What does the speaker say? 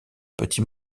petits